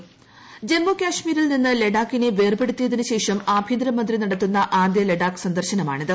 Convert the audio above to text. ് ജമ്മു കാശ്മീരിൽ നിന്ന് ലഡാക്കിനെ വേർപെടുത്തിയതിനു ശേഷ്പ്പിൽഭ്യന്തരമന്ത്രി നടത്തുന്ന ആദ്യ ലഡാക്ക് സന്ദർശനമാണിത്